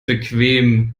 bequem